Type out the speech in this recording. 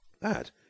That